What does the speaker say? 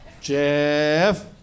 Jeff